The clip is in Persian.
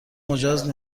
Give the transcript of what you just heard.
مجاز